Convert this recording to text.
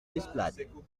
desplats